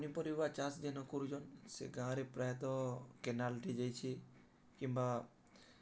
ପନିପରିବା ଚାଷ ଯେନ୍ କରୁଛନ୍ ସେ ଗାଁରେ ପ୍ରାୟତଃ କେନାଲଟି ଯାଇଛି କିମ୍ବା